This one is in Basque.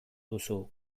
duzu